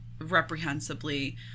reprehensibly